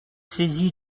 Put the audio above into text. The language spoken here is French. saisi